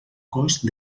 cost